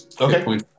Okay